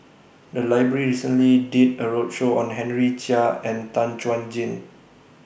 The Library recently did A roadshow on Henry Chia and Tan Chuan Jin